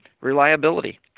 Reliability